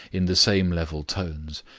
in the same level tones,